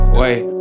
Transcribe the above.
wait